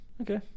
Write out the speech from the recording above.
okay